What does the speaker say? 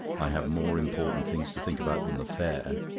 i have more important things to think about than the fair.